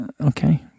okay